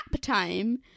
time